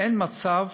אין מצב,